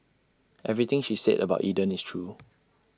everything she said about Eden is true